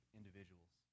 individuals